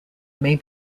may